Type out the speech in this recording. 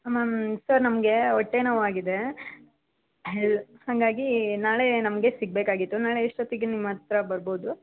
ma'am sir ನಮಗೆ ಹೊಟ್ಟೆ ನೋವಾಗಿದೆ ಹೇಳಿ ಹಾಗಾಗಿ ನಾಳೆ ನಮಗೆ ಸಿಗಬೇಕಾಗಿತ್ತು ನಾಳೆ ಎಷ್ಟೊತ್ತಿಗೆ ನಿಮ್ಮ ಹತ್ರ ಬರ್ಬಹುದು